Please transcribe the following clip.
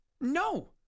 No